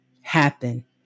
happen